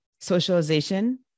socialization